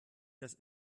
das